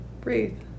breathe